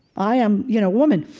i am, you know, woman.